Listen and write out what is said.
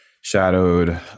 shadowed